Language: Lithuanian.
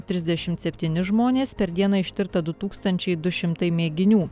trisdešimt septyni žmonės per dieną ištirta du tūkstančiai du šimtai mėginių